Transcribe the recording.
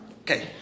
Okay